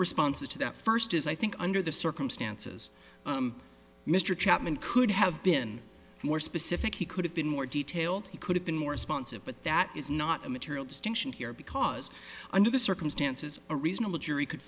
responses to that first is i think under the circumstances mr chapman could have been more specific he could have been more detailed he could have been more responsive but that is not a material distinction here because under the circumstances a reasonable jury could